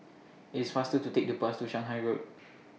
It's faster to Take The Bus to Shanghai Road